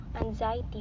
anxiety